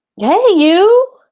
yeah hey you.